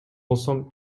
болсом